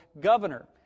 governor